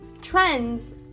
trends